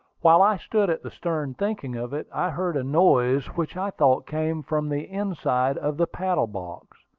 while i stood at the stern thinking of it, i heard a noise which i thought came from the inside of the paddle-box.